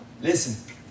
Listen